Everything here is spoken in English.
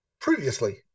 previously